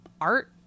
art